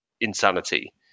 insanity